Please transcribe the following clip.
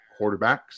quarterbacks